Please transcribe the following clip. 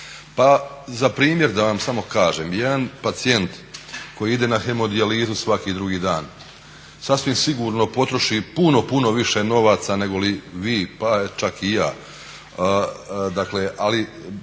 pa za primjer da vam samo kažem. Jedan pacijent koji ide na hemodijalizu svaki drugi dan sasvim sigurno potroši puno, puno više novaca negoli vi, pa čak i ja. Dakle, ali